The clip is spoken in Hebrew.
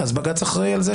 בג"ץ אחראי על זה